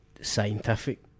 scientific